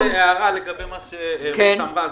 אני רוצה רק הערה לגבי מה שרות אמרה.